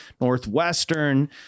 Northwestern